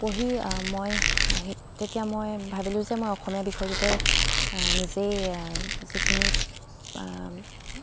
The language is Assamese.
পঢ়ি মই তেতিয়া মই ভাবিলোঁ যে মই অসমীয়া বিষয়টোতে নিজে যিখিনি